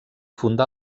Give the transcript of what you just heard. funda